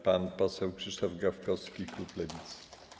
Pan poseł Krzysztof Gawkowski, klub Lewicy.